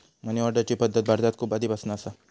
मनी ऑर्डरची पद्धत भारतात खूप आधीपासना असा